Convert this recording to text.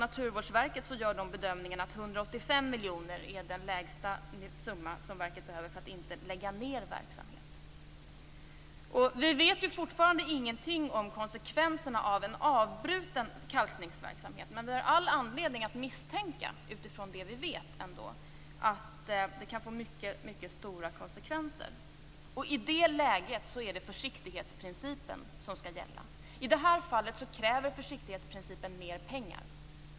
Naturvårdsverket gör bedömningen att verket behöver minst 185 miljoner kronor för att inte lägga ned verksamhet. Fortfarande vet vi ingenting om konsekvenserna av en avbruten kalkningsverksamhet. Men utifrån det vi ändå vet har vi all anledning att misstänka att det kan få mycket stora konsekvenser. I det läget är det försiktighetsprincipen som skall gälla och i det här fallet kräver försiktighetsprincipen mera pengar.